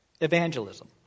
Evangelism